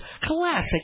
Classic